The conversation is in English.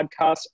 podcast